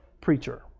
preacher